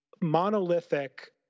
monolithic